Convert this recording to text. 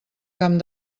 camp